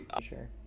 sure